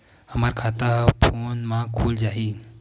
हमर खाता ह फोन मा खुल जाही?